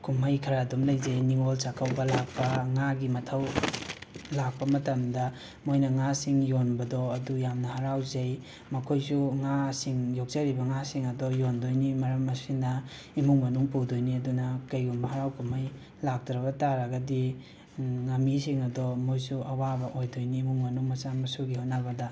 ꯀꯨꯝꯍꯩ ꯈꯔ ꯑꯗꯨꯝ ꯂꯩꯖꯩ ꯅꯤꯉꯣꯜ ꯆꯥꯛꯀꯧꯕ ꯂꯥꯛꯄ ꯉꯥꯒꯤ ꯃꯊꯧ ꯂꯥꯛꯄ ꯃꯇꯝꯗ ꯃꯣꯏꯅ ꯉꯥꯁꯤꯡ ꯌꯣꯟꯕꯗꯣ ꯑꯗꯨ ꯌꯥꯝꯅ ꯍꯔꯥꯎꯖꯩ ꯃꯈꯣꯏꯁꯨ ꯉꯥꯁꯤꯡ ꯌꯣꯛꯆꯔꯤꯕ ꯉꯥꯁꯤꯡ ꯑꯗꯣ ꯌꯣꯟꯗꯣꯏꯅꯤ ꯃꯔꯝ ꯑꯁꯤꯅ ꯏꯃꯨꯡ ꯃꯅꯨꯡ ꯄꯨꯗꯣꯏꯅꯤ ꯑꯗꯨꯅ ꯀꯩꯒꯨꯝꯕ ꯍꯔꯥꯎ ꯀꯨꯝꯍꯩ ꯂꯥꯛꯇ꯭ꯔꯕ ꯇꯥꯔꯒꯗꯤ ꯉꯥꯃꯤꯁꯤꯡ ꯑꯗꯣ ꯃꯣꯏꯁꯨ ꯑꯋꯥꯕ ꯑꯣꯏꯗꯣꯏꯅꯤ ꯏꯃꯨꯡ ꯃꯅꯨꯡ ꯃꯆꯥ ꯃꯁꯨꯒꯤ ꯍꯣꯠꯅꯕꯗ